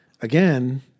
Again